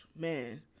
man